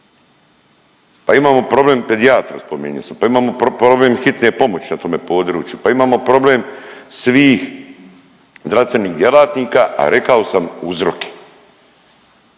Pa imamo problem pedijatra, spomenuo sam, pa imamo problem hitne pomoći na tome području pa imamo problem svih zdravstvenih djelatnika, a rekao sam uzroke.